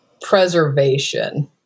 preservation